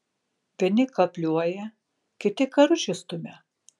vieni kapliuoja kiti karučius stumia